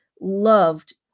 loved